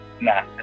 Nah